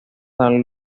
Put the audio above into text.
dan